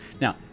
Now